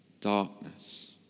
Darkness